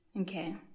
Okay